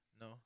No